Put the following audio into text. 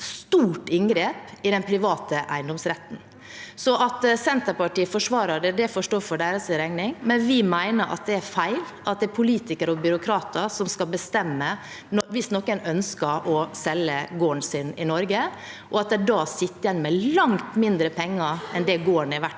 stort inngrep i den private eiendomsretten. At Senterpartiet forsvarer det, får stå for deres regning, men vi mener det er feil at det er politikere og byråkrater som skal bestemme hvis noen ønsker å selge gården sin i Norge, og at de da sitter igjen med langt mindre penger enn det gården er verdt.